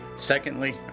Secondly